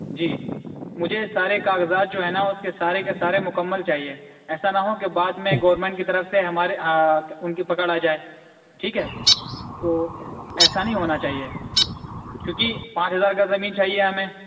جی مجھے سارے کاغذات جو ہیں نا اس کے سارے کے سارے مکمل چاہیے ایسا نہ ہو کہ بعد میں گورنمنٹ کی طرف سے ہمارے ہاتھ ان کی پکڑ آ جائے ٹھیک ہے تو ایسا نہیں ہونا چاہیے کیوںکہ پانچ ہزار گز زمین چاہیے ہمیں